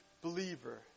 believer